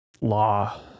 law